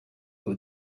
who